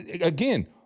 again